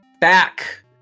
Back